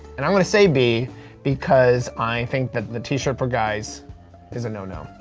and i'm gonna say b because i think that the t-shirt for guys is a no-no.